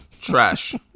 Trash